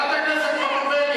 חברת הכנסת חוטובלי,